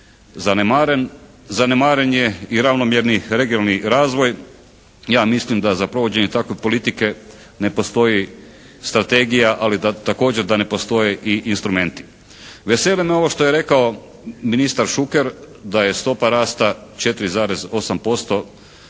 Zanemaren je i ravnomjerni regionalni razvoj. Ja mislim da za provođenje takve politike ne postoji strategija, ali da također da ne postoji i instrumenti. Veseli me ovo što je rekao ministar Šuker da je stopa rasta 4,8%